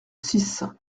six